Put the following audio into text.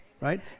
Right